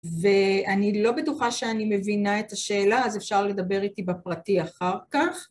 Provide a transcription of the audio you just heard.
ואני לא בטוחה שאני מבינה את השאלה, אז אפשר לדבר איתי בפרטי אחר כך.